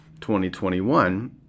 2021